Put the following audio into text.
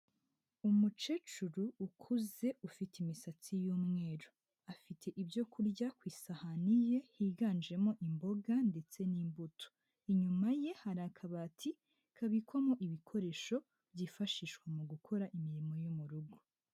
Umukecuru ukuze ufite imisatsi y'umweru, afite ibyo kurya ku isahani ye higanjemo imboga ndetse n'imbuto, inyuma ye hari akabati kabikwamo ibikoresho byifashishwa mu gukora imirimo yo mu rugo.